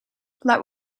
let